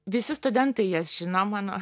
visi studentai jas žino mano